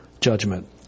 judgment